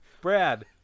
Brad